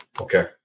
Okay